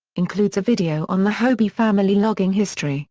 includes a video on the hobi family logging history.